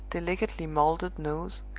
delicately molded nose